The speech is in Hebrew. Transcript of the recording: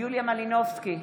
יוליה מלינובסקי,